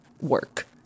work